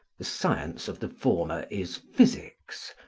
the science of the former is physics,